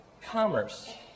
commerce